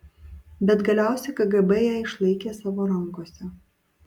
bet galiausiai kgb ją išlaikė savo rankose